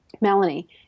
Melanie